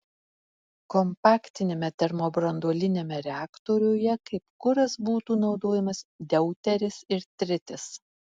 kompaktiniame termobranduoliniame reaktoriuje kaip kuras būtų naudojamas deuteris ir tritis